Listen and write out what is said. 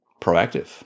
proactive